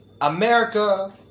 America